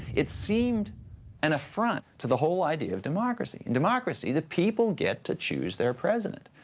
it seemed an affront to the whole idea of democracy. in democracy, the people get to choose their president.